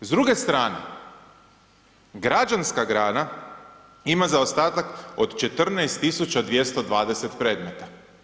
S druge strane, građanska grana ima zaostatak od 14 220 predmeta.